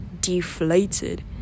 deflated